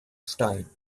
stein